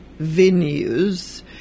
venues